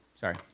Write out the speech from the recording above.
Sorry